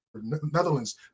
Netherlands